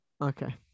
Okay